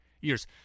years